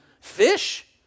Fish